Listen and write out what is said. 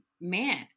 man